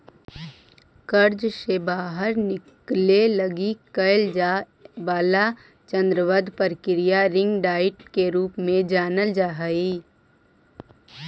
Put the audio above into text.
कर्जा से बाहर निकले लगी कैल जाए वाला चरणबद्ध प्रक्रिया रिंग डाइट के रूप में जानल जा हई